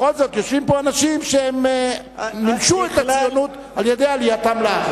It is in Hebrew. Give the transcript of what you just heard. בכל זאת יושבים פה אנשים שמימשו את הציונות על-ידי עלייתם לארץ.